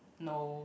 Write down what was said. no